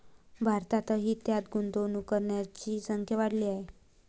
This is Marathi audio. भारतातही त्यात गुंतवणूक करणाऱ्यांची संख्या वाढली आहे